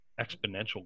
exponential